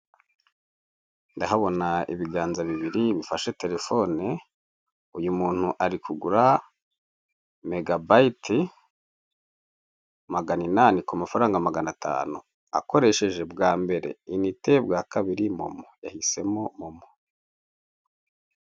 Ndahabona ibiganza bibiri bifashe telefoni, uyu muntu ari kugura megabayiti magana inani ku mafaranga magana atanu, akoreshe bwa mbere inite, bwa kabiri Momo. Yahisemo Momo.